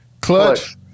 Clutch